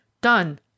Done